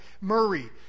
Murray